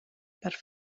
per